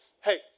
hey